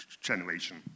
generation